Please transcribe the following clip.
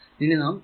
അത് V s 4 V ആണ്